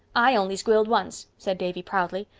i only squealed once, said davy proudly.